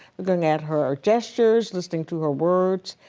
looking at her gestures, listening to her words.